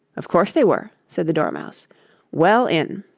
of course they were, said the dormouse well in